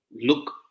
look